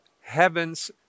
heaven's